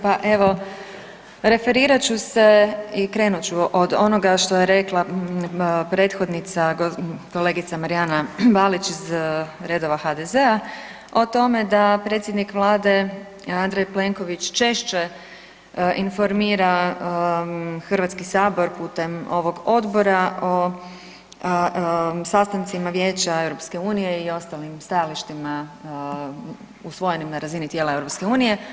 Pa evo, referirat ću se i krenut ću od onoga što je rekla prethodnica, kolegica Marijana Balić iz redova HDZ-a o tome da predsjednik Vlade Andrej Plenković češće informira HS putem ovog Odbora o sastancima Vijeća EU i ostalim stajalištima usvojenim na razini tijela EU.